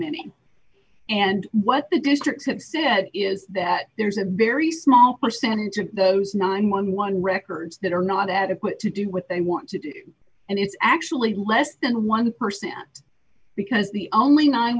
many and what the districts have said is that there's a very small percentage of those nine hundred and eleven records that are not adequate to do what they want to do and it's actually less than one percent because the only nine